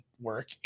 work